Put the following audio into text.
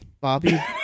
Bobby